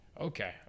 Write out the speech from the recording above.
Okay